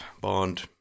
Bond